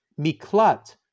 miklat